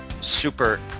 super